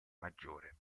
maggiore